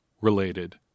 related